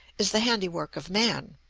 is the handiwork of man.